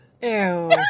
Ew